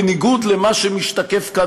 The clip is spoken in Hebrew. בניגוד למה שמשתקף כאן,